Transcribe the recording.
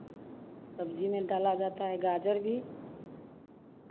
सब्जी में डाला जाता है गाजर भी